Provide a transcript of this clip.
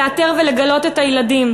לאתר ולגלות את הילדים.